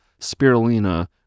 spirulina